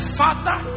father